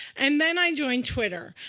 and then i joined twitter.